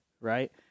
right